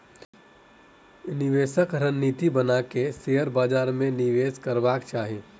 निवेशक रणनीति बना के शेयर बाजार में निवेश करबाक चाही